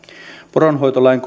poronhoitolain